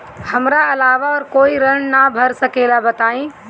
हमरा अलावा और कोई ऋण ना भर सकेला बताई?